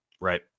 Right